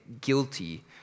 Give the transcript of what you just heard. guilty